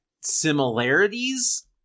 similarities